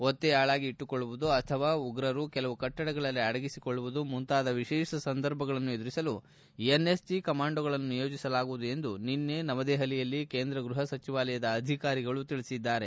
ಒತ್ತೆಯಾಳಾಗಿ ಇಟ್ಸುಕೊಳ್ಳುವುದು ಅಥವಾ ಉಗ್ರರು ಕೆಲವು ಕಟ್ಟಡಗಳಲ್ಲಿ ಅಡಗಿಕೊಳ್ಳುವುದು ಮುಂತಾದ ವಿಶೇಷ ಸಂದರ್ಭಗಳನ್ನು ಎದುರಿಸಲು ಎನ್ಎಸ್ಜಿ ಕಮಾಂಡೊಗಳನ್ನು ನಿಯೋಜಿಸಲಾಗುವುದು ಎಂದು ನಿನ್ನೆ ನವದೆಹಲಿಯಲ್ಲಿ ಕೇಂದ್ರ ಗ್ವಹ ಸಚಿವಾಲಯದ ಅಧಿಕಾರಿಗಳು ತಿಳಿಸಿದ್ದಾರೆ